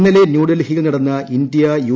ഇന്നലെ ന്യൂ ഡൽഹിയിൽ നടന്ന ഇന്ത്യാ യു